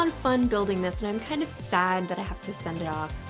um fun building this and i'm kind of sad that i have to send it off